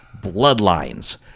Bloodlines